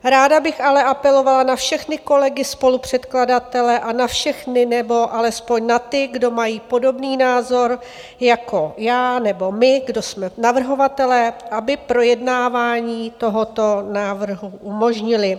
Ráda bych ale apelovala na všechny kolegy, spolupředkladatele a na všechny, nebo alespoň na ty, kdo mají podobný názor jako já, nebo my, kdo jsme navrhovatelé, aby projednávání tohoto návrhu umožnili.